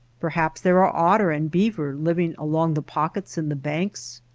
perhaps there are otter and beaver living along the pockets in the banks?